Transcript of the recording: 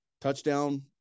touchdown